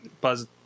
buzz